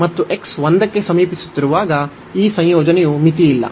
ಮತ್ತು x 1 ಕ್ಕೆ ಸಮೀಪಿಸುತ್ತಿರುವಾಗ ಈ ಸಂಯೋಜನೆಯು ಮಿತಿಯಿಲ್ಲ